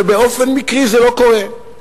ובאופן מקרי, זה לא קורה.